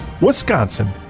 Wisconsin